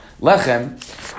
Lechem